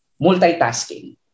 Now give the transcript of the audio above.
multitasking